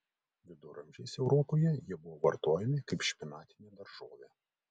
viduramžiais europoje jie buvo vartojami kaip špinatinė daržovė